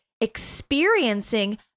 experiencing